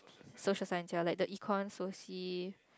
so social gel like the econ